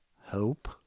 hope